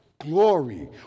glory